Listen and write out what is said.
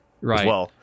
Right